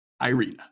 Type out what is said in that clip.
Irina